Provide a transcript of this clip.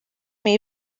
may